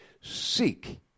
seek